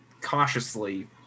cautiously